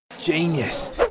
genius